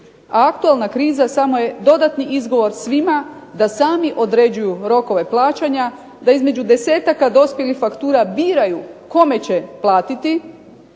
aktualna kriza samo je dodatni izgovor svima da sami određuju rokove plaćanja, da između desetaka dospjelih faktura biraju kome će platiti